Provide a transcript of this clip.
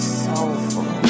soulful